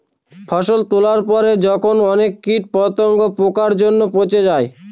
ফসল তোলার পরে যখন অনেক কীট পতঙ্গ, পোকার জন্য পচে যায়